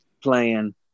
playing